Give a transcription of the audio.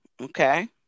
Okay